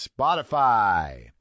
Spotify